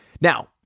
Now